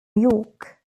york